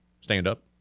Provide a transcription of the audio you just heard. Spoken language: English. stand-up